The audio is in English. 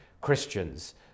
Christians